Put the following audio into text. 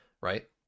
right